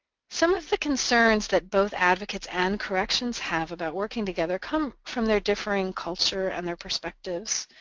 some of the concerns that both advocates and corrections have about working together come from their differing culture and their perspectives.